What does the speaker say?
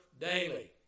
daily